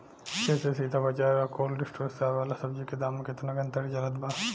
खेत से सीधा बाज़ार आ कोल्ड स्टोर से आवे वाला सब्जी के दाम में केतना के अंतर चलत बा?